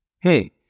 Hey